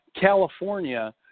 California